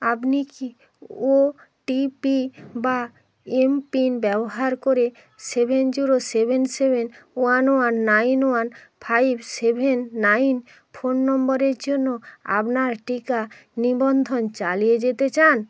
আপনি কি O TP বা এমপিন ব্যবহার করে seven zero seven seven one one nine one five seven nine phone নম্বরের জন্য আপনার টিকা নিবন্ধন চালিয়ে যেতে চান